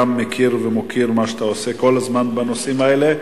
גם מוקיר ומכיר את מה שאתה עושה כל הזמן בנושאים האלה.